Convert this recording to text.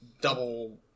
Double